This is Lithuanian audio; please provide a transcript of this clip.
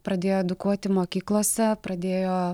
pradėjo edukuoti mokyklose pradėjo